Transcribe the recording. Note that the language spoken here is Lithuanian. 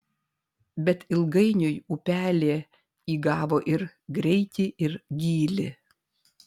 bet ilgainiui upelė įgavo ir greitį ir gylį